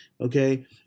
Okay